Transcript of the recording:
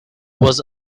was